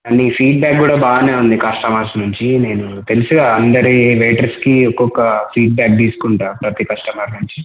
ఆ నీ ఫీడ్బ్యాక్ కూడా బాగానే ఉంది కస్టమర్స్ నుంచి నేను తెలుసుగా అందరి వెయిటర్స్కి ఒక్కొక్క ఫీడ్బ్యాక్ తీసుకుంటాను ప్రతి కస్టమర్ నుంచి